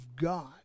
God